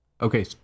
Okay